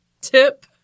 tip